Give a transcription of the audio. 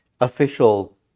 official